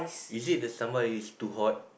is it the sambal is too hot